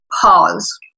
pause